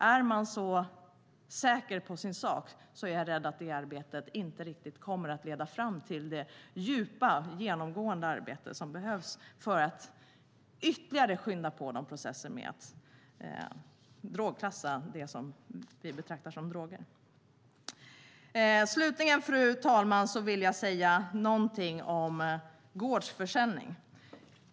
Är man så säker på sin sak är jag rädd för att det arbetet inte kommer att leda fram till det djupa, genomgående arbete som behövs för att ytterligare skynda på processen med att drogklassa det som vi betraktar som droger. Fru talman! Slutligen vill jag säga någonting om gårdsförsäljning.